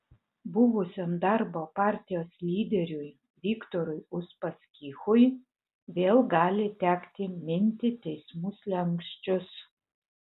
buvusiam darbo partijos lyderiui viktorui uspaskichui vėl gali tekti minti teismų slenksčius